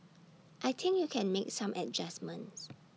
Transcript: I think you can make some adjustments